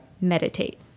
meditate